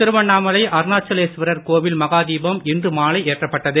திருவண்ணாமலை அருணாச்சலேஸ்வரர் கோவில் மகாதீபம் இன்று மாலை ஏற்றப்பட்டது